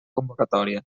convocatòria